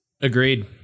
Agreed